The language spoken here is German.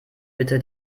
bitte